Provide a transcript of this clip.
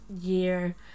year